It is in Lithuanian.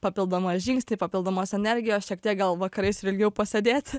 papildomą žingsnį papildomos energijos šiek tiek gal vakarais ir ilgiau pasėdėti